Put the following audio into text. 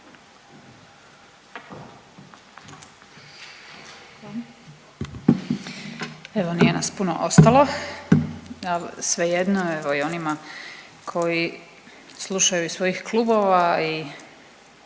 Evo nije nas puno ostalo, al svejedno evo i onima koji slušaju iz svojih klubova i